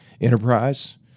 Enterprise